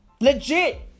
Legit